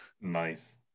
Nice